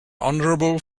honourable